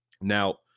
Now